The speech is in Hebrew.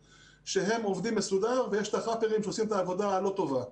שהם עובדים מסודר ויש את החאפרים שעושים את העבודה הלא טובה.